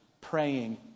praying